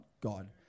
God